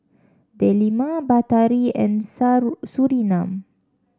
Delima Batari and Surinam